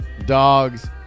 Dogs